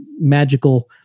magical